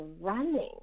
running